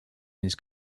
his